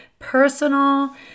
personal